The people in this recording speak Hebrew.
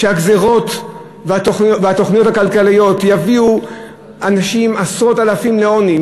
שהגזירות והתוכניות הכלכליות יביאו עשרות-אלפי אנשים לעוני,